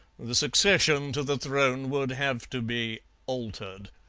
the succession to the throne would have to be altered.